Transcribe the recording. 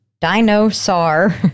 Dinosaur